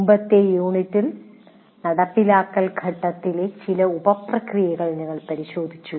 മുമ്പത്തെ യൂണിറ്റിൽ നടപ്പിലാക്കൽ ഘട്ടത്തിലെ ചില ഉപ പ്രക്രിയകൾ ഞങ്ങൾ പരിശോധിച്ചു